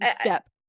step